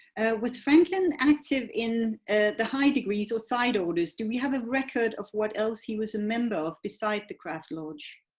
was franklin active in and the high degrees or side orders? do we have a record of what else he was a member of beside the craft lodge?